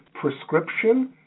prescription